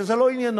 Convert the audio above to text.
שזה לא עניינו,